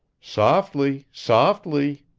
softly softly!